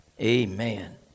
Amen